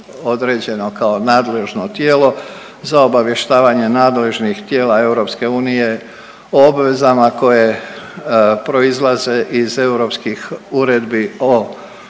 određeno kao nadležno tijelo za obavještavanje nadležnih tijela EU o obvezama koje proizlaze iz europskih uredbi o uspostavi